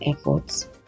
efforts